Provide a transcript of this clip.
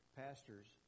pastors